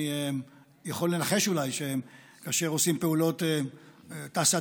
אני יכול לנחש אולי שכאשר עושים פעולות תעשייתיות,